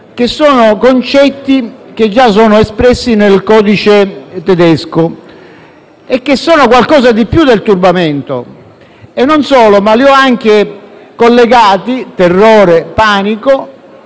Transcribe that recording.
che sono concetti già espressi nel codice tedesco e che sono qualcosa di più del turbamento. Non solo, ho anche collegato terrore, panico